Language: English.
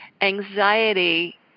anxiety